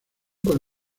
con